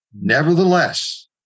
nevertheless